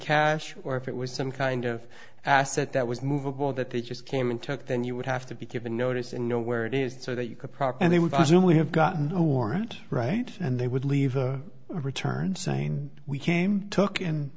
cash or if it was some kind of asset that was movable that they just came and took then you would have to be given notice and know where it is so that you could proper and i would assume we have gotten a warrant right and they would leave a return saying we came took and